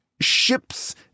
ships